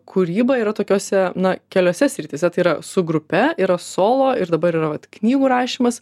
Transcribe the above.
kūryba yra tokiose na keliose srityse tai yra su grupe yra solo ir dabar yra vat knygų rašymas